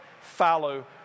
fallow